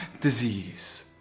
disease